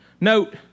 Note